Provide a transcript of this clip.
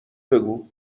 بگو